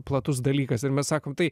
platus dalykas ir mes sakom tai